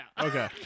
Okay